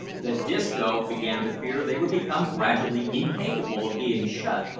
that disco began to fear they would become gradually incapable of being shut,